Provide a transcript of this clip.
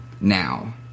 now